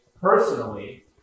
Personally